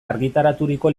argitaraturiko